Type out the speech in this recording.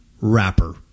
rapper